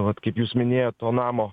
vat kaip jūs minėjot to namo